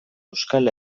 euskal